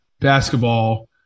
basketball